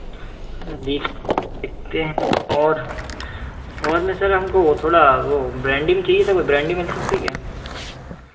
अभी देखते हैं और और में सर हमको थोड़ा वो ब्रैंडी में चाहिए था ब्रैंडी मिल सकती है क्या